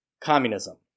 communism